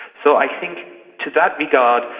so i think to that regard,